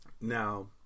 now